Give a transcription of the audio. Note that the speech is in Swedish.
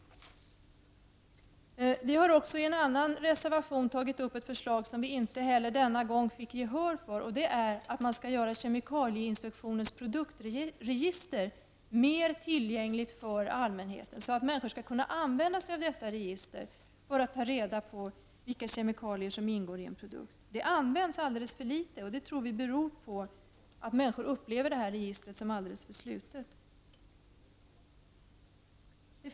Vi har också i en annan reservation tagit upp ett förslag som vi inte heller denna gång fick gehör för, och det är att man skall göra kemikalieinspektionens produktregister mer tillgängligt för allmänheten, så att människor skall kunna använda detta register för att få reda på vilka kemikalier som ingår i en produkt. Det används alldeles för litet. Och vi tror att det beror på att människor upplever detta register som alldeles för slutet.